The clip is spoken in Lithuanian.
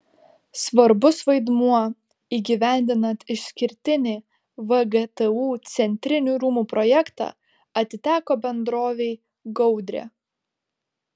svarbus vaidmuo įgyvendinant išskirtinį vgtu centrinių rūmų projektą atiteko bendrovei gaudrė